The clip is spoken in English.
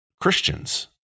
Christians